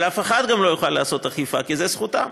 אבל אף אחד גם לא יוכל לעשות אכיפה, כי זה זכותם.